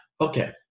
Okay